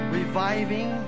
reviving